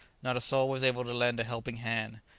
not a soul was able to lend a helping hand.